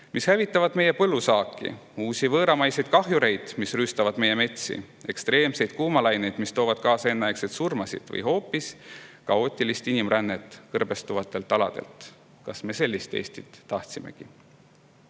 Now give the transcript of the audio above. mis hävitavad meie põllusaaki; uusi võõramaiseid kahjureid, kes rüüstavad meie metsi; ekstreemseid kuumalaineid, mis toovad kaasa enneaegseid surmasid; või hoopis kaootilise inimrände kõrbestuvatelt aladelt. Kas me sellist Eestit tahtsimegi?